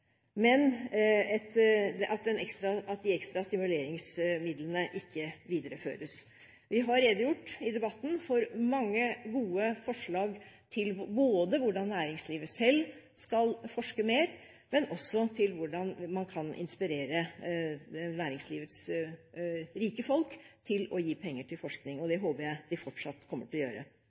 men at de ekstra stimuleringsmidlene ikke videreføres. Vi har i debatten redegjort for mange gode forslag til både hvordan næringslivet selv skal forske mer, og hvordan man kan inspirere næringslivets rike folk til å gi penger til forskning. Det håper jeg de fortsatt kommer til å gjøre.